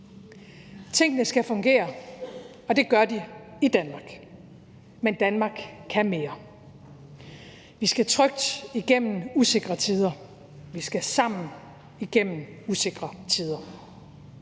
Tingene skal fungere, og det gør de i Danmark, men Danmark kan mere. Vi skal trygt igennem usikre tider, vi skal sammen igennem usikre tider.